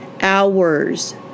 hours